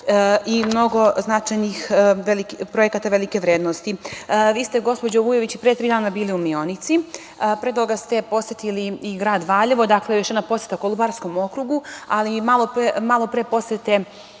i mnogo značajnih projekata velike vrednosti. Vi ste, gospođo Vujović, pre tri dana bili u Mionici, a pre toga ste posetili i grad Valjevo, dakle, još jedna poseta Kolubarskom okrugu, ali malo pre posete